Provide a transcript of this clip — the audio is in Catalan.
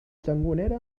sangonera